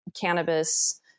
cannabis